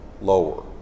lower